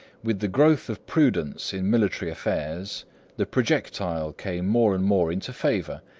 with the growth of prudence in military affairs the projectile came more and more into favor,